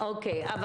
חנן, אני